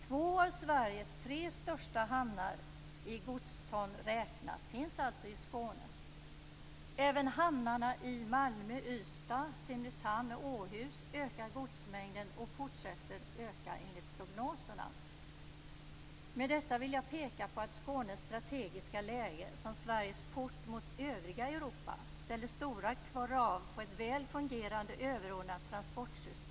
Två av Sveriges tre största hamnar i godston räknat finns alltså i Skåne. Även i hamnarna i Malmö, Ystad, Simrishamn och Åhus ökar godsmängden och fortsätter att öka enligt prognoserna. Med detta vill jag peka på att Skånes strategiska läge som Sveriges port mot övriga Europa ställer stora krav på ett väl fungerande överordnat transportsystem.